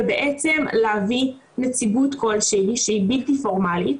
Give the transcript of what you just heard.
ובעצם להביא נציגות כלשהי, שהיא בלתי פורמלית.